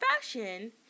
fashion